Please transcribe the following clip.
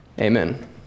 Amen